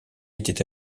étaient